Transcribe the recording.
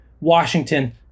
Washington